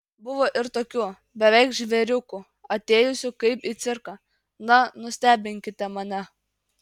buvo ir tokių beveik žvėriukų atėjusių kaip į cirką na nustebinkite mane